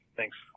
Thanks